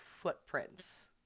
footprints